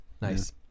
Nice